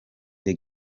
the